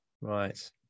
Right